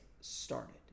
started